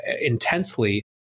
intensely